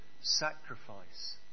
sacrifice